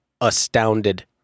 Astounded